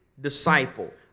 disciple